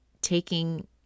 taking